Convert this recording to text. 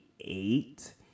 eight